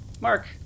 Mark